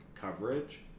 coverage